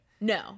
No